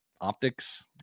Optics